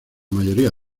mayoría